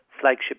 flagship